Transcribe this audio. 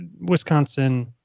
Wisconsin